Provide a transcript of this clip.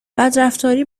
بدرفتاری